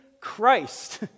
Christ